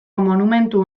monumentu